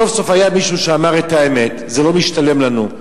סוף-סוף מישהו שאמר את האמת: זה לא משתלם לנו,